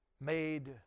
made